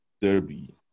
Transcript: Derby